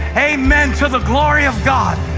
amen to the glory of god.